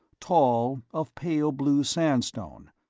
tall, of pale blue sandstone,